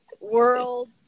World